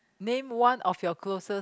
name one of your grocers